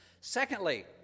Secondly